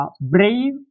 Brave